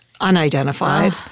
unidentified